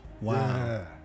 Wow